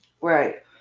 right